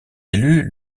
élus